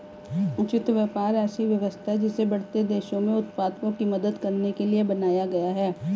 उचित व्यापार ऐसी व्यवस्था है जिसे बढ़ते देशों में उत्पादकों की मदद करने के लिए बनाया गया है